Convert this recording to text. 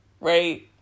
right